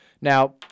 Now